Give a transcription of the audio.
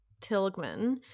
tilgman